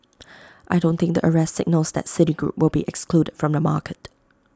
I don't think the arrest signals that citigroup will be excluded from the market